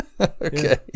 Okay